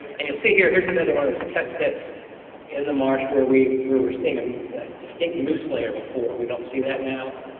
and you'll see here, this is another one of those test pits in the marsh where we were were seeing a distinct mousse layer before. we don't see that now.